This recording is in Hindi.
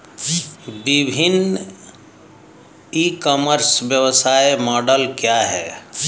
विभिन्न ई कॉमर्स व्यवसाय मॉडल क्या हैं?